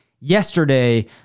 yesterday